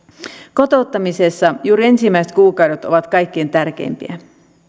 kotouttamisessa juuri ensimmäiset kuukaudet ovat kaikkein tärkeimpiä